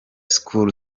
school